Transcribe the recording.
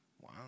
Wow